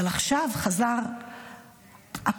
אבל עכשיו הכול נשכח.